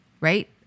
right